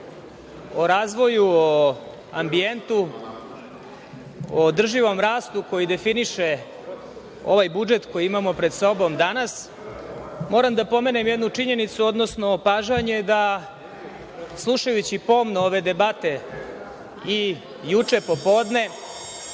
o razvoju, o ambijentu, o održivom rastu koji definiše ovaj budžet kji imamo pred sobom danas, moram da pomenem jednu činjenicu, odnosno opažanje da, slušajući pomno ove debate i juče popodne